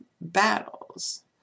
battles